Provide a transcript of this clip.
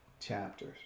chapters